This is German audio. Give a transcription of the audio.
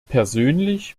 persönlich